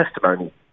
testimony